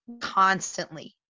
constantly